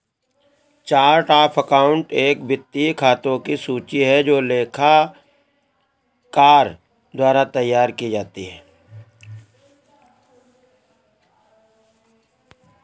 chart of account एक वित्तीय खातों की सूची है जो लेखाकार द्वारा तैयार की जाती है